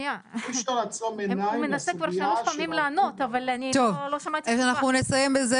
הוא מנסה לענות כבר שלוש פעמים אבל לא שמעתי תשובה.